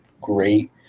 great